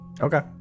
Okay